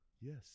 Yes